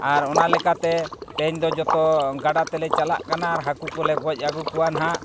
ᱟᱨ ᱚᱱᱟ ᱞᱮᱠᱟᱛᱮ ᱛᱮᱦᱮᱧ ᱫᱚ ᱡᱚᱛᱚ ᱜᱟᱰᱟᱛᱮᱞᱮ ᱪᱟᱞᱟᱜ ᱠᱟᱱᱟ ᱦᱟᱹᱠᱩ ᱠᱚᱞᱮ ᱜᱚᱡ ᱟᱹᱜᱩ ᱠᱚᱣᱟ ᱱᱟᱦᱟᱜ